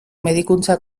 medikuntza